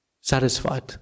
satisfied